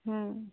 ହୁଁ